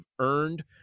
earned